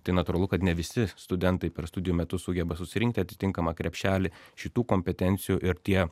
tai natūralu kad ne visi studentai per studijų metus sugeba susirinkti atitinkamą krepšelį šitų kompetencijų ir tie